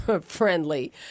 friendly